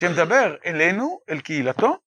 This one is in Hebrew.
שמדבר אלינו, אל קהילתו.